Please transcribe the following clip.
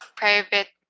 private